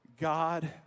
God